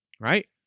right